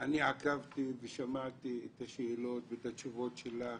אני עקבתי ושמעתי את התשובות שלך